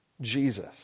Jesus